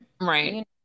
right